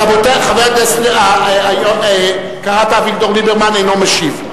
קראת אביגדור ליברמן, אינו משיב.